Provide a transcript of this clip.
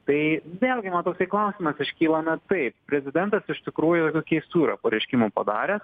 tai vėlgi man toksai klausimas iškyla na taip prezidentas iš tikrųjų tokių keistų yra pareiškimų padarę